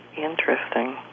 Interesting